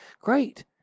Great